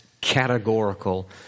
categorical